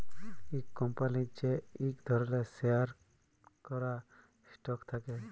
ইক কম্পলির যে ইক ধরলের শেয়ার ক্যরা স্টক থাক্যে